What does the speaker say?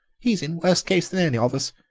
he's in worse case than any of us.